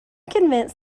convinced